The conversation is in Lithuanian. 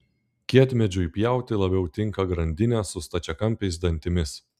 kietmedžiui pjauti labiau tinka grandinė su stačiakampiais dantimis